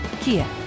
Kia